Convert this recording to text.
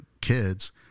kids